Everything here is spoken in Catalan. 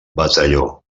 batalló